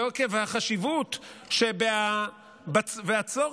ועקב החשיבות והצורך